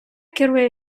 керує